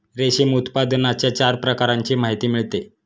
रेशीम उत्पादनाच्या चार प्रकारांची माहिती मिळते